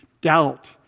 doubt